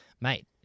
mate